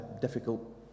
difficult